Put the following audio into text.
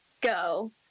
go